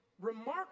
remarkable